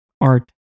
art